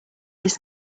this